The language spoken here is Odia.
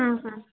ହଁ ହଁ